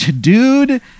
dude